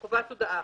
חובת הודעה.